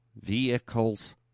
Vehicles